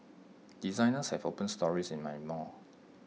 designers have opened stores in my mall